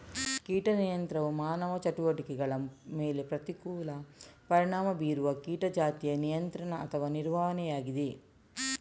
ಕೀಟ ನಿಯಂತ್ರಣವು ಮಾನವ ಚಟುವಟಿಕೆಗಳ ಮೇಲೆ ಪ್ರತಿಕೂಲ ಪರಿಣಾಮ ಬೀರುವ ಕೀಟ ಜಾತಿಯ ನಿಯಂತ್ರಣ ಅಥವಾ ನಿರ್ವಹಣೆಯಾಗಿದೆ